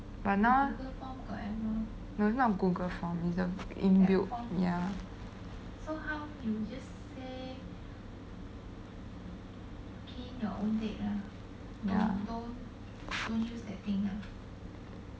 but now no not google form is the in built ya ya